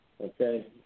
Okay